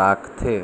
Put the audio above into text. राखथे